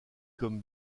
comme